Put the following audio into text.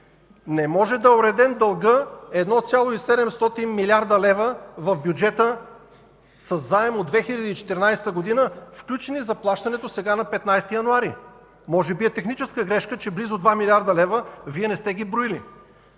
не може да е уреден дългът 1,7 млрд. лв. в бюджета със заем от 2014 г., включени в заплащането сега – на 15 януари. Може би е техническа грешка, че близо 2 млрд. лв. Вие не сте ги броили.